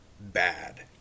bad